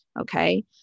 okay